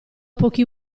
pochi